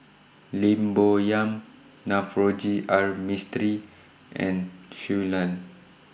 Lim Bo Yam Navroji R Mistri and Shui Lan